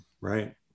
Right